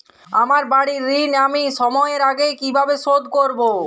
আমার বাড়ীর ঋণ আমি সময়ের আগেই কিভাবে শোধ করবো?